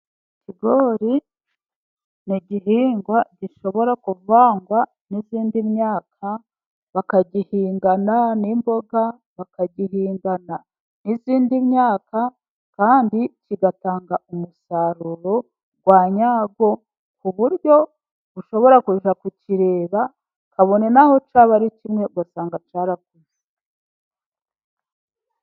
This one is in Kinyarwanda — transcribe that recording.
Ikigori ni igihingwa gishobora kuvangwa n'indi myaka bakagihingana n'imboga bakagihingana n'izindi myaka kandi kigatanga umusaruro wa nyawo ku buryo ushobora kujya kukireba kabone n'aho cyaba ari kimwe ugasanga cyarakuze.